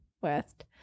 West